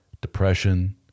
depression